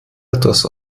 etwas